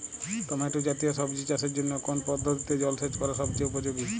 Tomato জাতীয় সবজি চাষের জন্য কোন পদ্ধতিতে জলসেচ করা সবচেয়ে উপযোগী?